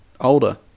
Older